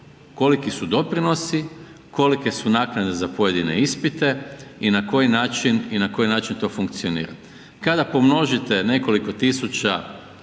Kolike su doprinosi, kolike su naknade za pojedine ispite i na koji način to funkcionira. Kada pomnožite nekoliko tisuća